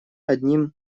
одним